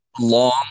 long